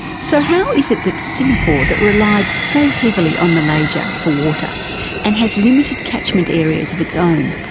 so how is it that singapore, that relied so heavily on malaysia for water and has limited catchment areas of its own,